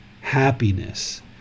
happiness